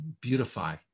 beautify